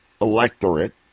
electorate